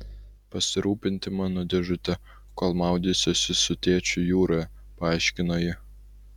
pasirūpinti mano dėžute kol maudysiuosi su tėčiu jūroje paaiškino ji